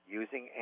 using